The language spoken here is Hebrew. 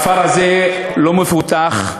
והכפר הזה לא מפותח,